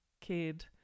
kid